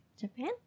japan